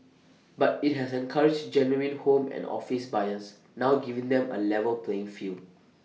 but IT has encouraged genuine home and office buyers now giving them A level playing field